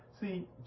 See